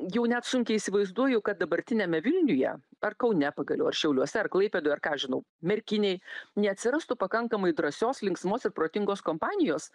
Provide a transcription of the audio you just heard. jau net sunkiai įsivaizduoju kad dabartiniame vilniuje ar kaune pagaliau ar šiauliuose ar klaipėdoj ar ką žinau merkinėj neatsirastų pakankamai drąsios linksmos ir protingos kompanijos